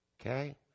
okay